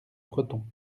breton